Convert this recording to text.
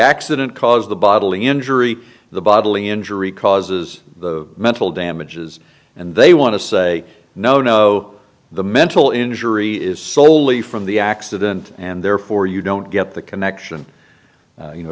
accident cause the bodily injury the bodily injury causes the mental damages and they want to say no no the mental injury is soley from the accident and therefore you don't get the connection you know